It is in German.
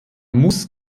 muss